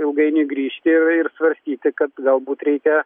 ilgainiui grįžti ir svarstyti kad galbūt reikia